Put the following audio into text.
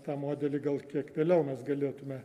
tą modelį gal kiek vėliau mes galėtume